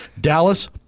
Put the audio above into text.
Dallas